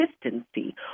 consistency